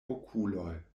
okuloj